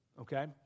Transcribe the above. okay